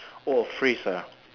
oh phrase ah